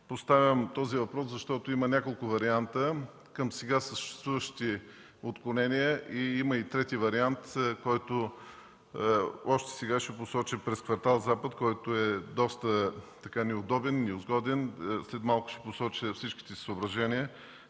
Поставям този въпрос, защото има няколко варианта към сега съществуващите отклонения. Има и трети вариант, който ще посоча още сега – през квартал „Запад”, който е доста неудобен, неизгоден. След малко ще посоча всичките си съображения